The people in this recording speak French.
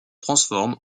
transforme